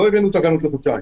לא הבאנו תקנות לחודשיים.